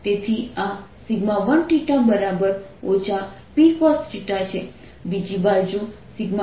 તેથી આ 1 Pcosθ છે બીજી બાજુ 2 Pz